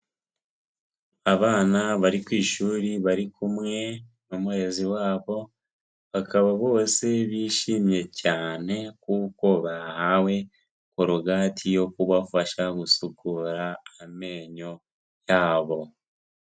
Abana bari ku ishuri bari kumwe n'umurezi wabo bakaba bose bishimye cyane kuko bahawe korogati yo kubafasha gusukura amenyo yabo.